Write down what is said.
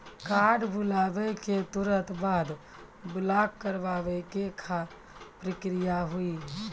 Card भुलाए के तुरंत बाद ब्लॉक करवाए के का प्रक्रिया हुई?